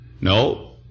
No